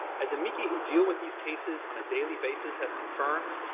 as amici who deal with these cases on a daily basis have confirmed,